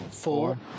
four